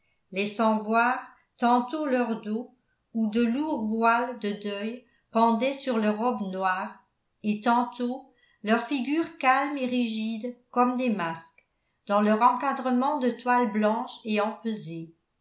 laissant voir tantôt leur dos où de lourds voiles de deuil pendaient sur leurs robes noires et tantôt leurs figures calmes et rigides comme des masques dans leur encadrement de toile blanche et empesée